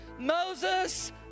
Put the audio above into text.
Moses